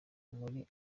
muri